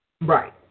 right